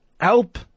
help